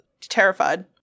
terrified